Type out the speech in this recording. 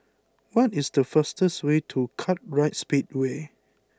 what is the fastest way to Kartright Speedway